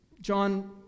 John